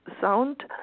sound